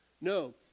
No